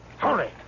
Hurry